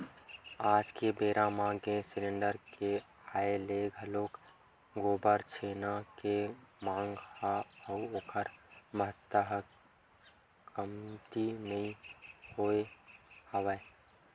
आज के बेरा म गेंस सिलेंडर के आय ले घलोक गोबर छेना के मांग ह अउ ओखर महत्ता ह कमती नइ होय हवय